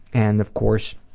and of course,